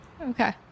Okay